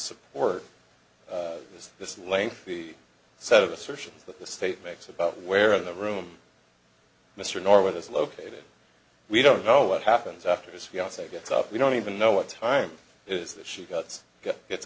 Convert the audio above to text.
support this this lengthy set of assertions that the state makes about where the room mr norwood is located we don't know what happens after his fiance gets up we don't even know what time is that she got